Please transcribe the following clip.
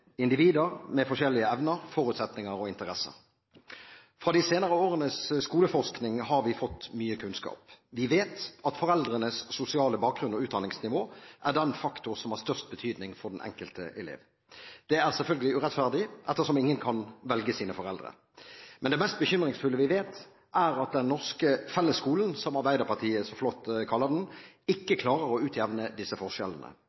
individer med forskjellige evner, forutsetninger og interesser. Fra de senere årenes skoleforskning har vi fått mye kunnskap. Vi vet at foreldrenes sosiale bakgrunn og utdanningsnivå er den faktor som har størst betydning for den enkelte elev. Det er selvfølgelig urettferdig, ettersom ingen kan velge sine foreldre. Men det mest bekymringsfulle vi vet, er at den norske fellesskolen, som Arbeiderpartiet så flott kaller den, ikke klarer å utjevne disse forskjellene.